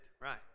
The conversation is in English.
Right